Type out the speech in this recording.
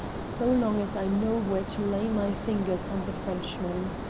so long as i know where to lay my fingers on the frenchman.